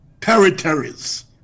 territories